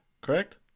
correct